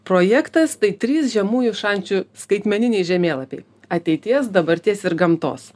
projektas tai trys žemųjų šančių skaitmeniniai žemėlapiai ateities dabarties ir gamtos